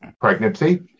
pregnancy